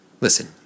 Listen